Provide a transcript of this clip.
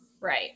right